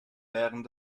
während